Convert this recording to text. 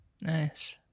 Nice